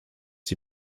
die